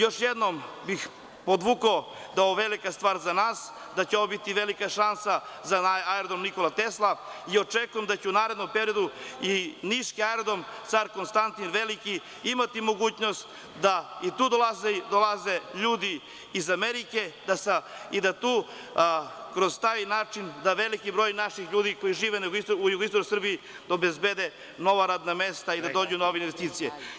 Još jednom bih podvukao da je ovo velika stvar za nas, da će ovo biti velika šansa za Aerodrom „Nikola Tesla“ i očekujem da će u narednom periodu i niški Aerodrom „Car Konstantin Veliki“ imati mogućnost da i tu dolaze ljudi iz Amerike i da tu kroz taj način da veliki broj naših ljudi koji žive u jugoistočnoj Srbiji obezbede nova radna mesta i da dođu nove investicije.